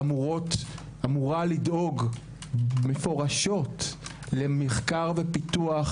אמורה לדאוג מפורשות למחקר ופיתוח,